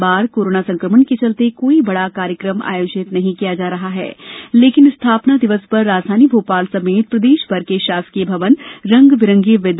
इस बार कोरोना संक्रमण के चलते कोई बड़ा कार्यक्रम आयोजित नहीं किया जा रहा है लेकिन स्थापना दिवस पर राजधानी भोपाल समेत प्रदेशभर के शासकीय भवन रंग बिरंगी विद्युत रोशनी से जगमगाते नजर आएंगे